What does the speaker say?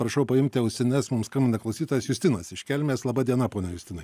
prašau paimti ausines mum skambina klausytojas justinas iš kelmės laba diena pone justinai